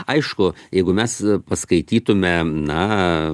aišku jeigu mes paskaitytume na